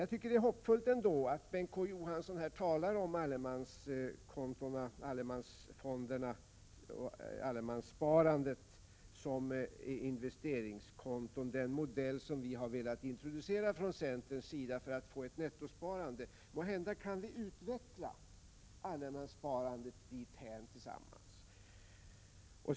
Jag tycker ändå det är hoppfullt att Bengt K Å Johansson talar om allemanssparandet som investeringskonton, den modell som vi från centerns sida har velat introducera, för att få ett nettosparande. Måhända kan vi tillsammans utveckla allemanssparandet dithän.